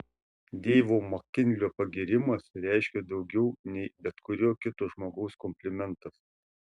deivo makinlio pagyrimas reiškė daugiau nei bet kurio kito žmogaus komplimentas